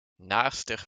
naarstig